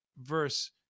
verse